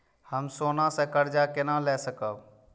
हम सोना से कर्जा केना लाय सकब?